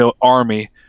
army